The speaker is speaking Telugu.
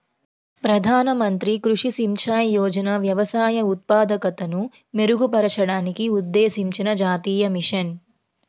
ప్రధాన మంత్రి కృషి సించాయ్ యోజన వ్యవసాయ ఉత్పాదకతను మెరుగుపరచడానికి ఉద్దేశించిన జాతీయ మిషన్